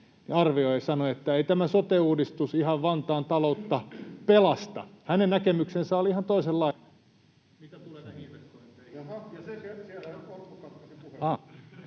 arvioi ja sanoi, että ei tämä sote-uudistus Vantaan taloutta ihan pelasta. Hänen näkemyksensä oli ihan toisenlainen,